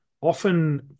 often